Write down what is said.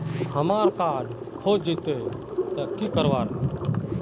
हमार कार्ड खोजेई तो की करवार है?